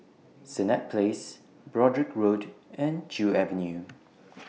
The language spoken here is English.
Senett Place Broadrick Road and Joo Avenue